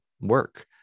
work